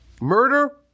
Murder